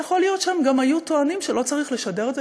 ויכול להיות שהם גם היו טוענים שלא צריך לשדר את זה